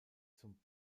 zum